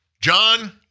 John